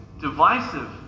divisive